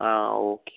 ആ ഓക്കേ